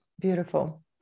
Beautiful